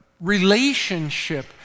relationship